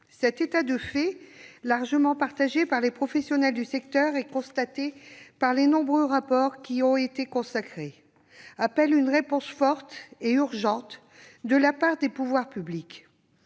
Cet état de fait, largement partagé par les professionnels du secteur et constaté par les nombreux rapports qui y ont été consacrés, appelle une réponse forte et urgente de la part des pouvoirs publics.